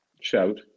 Shout